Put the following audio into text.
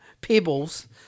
pebbles